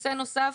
נושא נוסף,